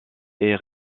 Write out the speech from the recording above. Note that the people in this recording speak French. est